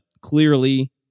clearly